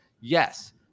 yes